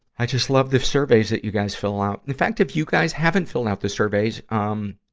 i just love the surveys that you guys fill out. in fact, if you guys haven't filled out the surveys, um